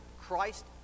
Christ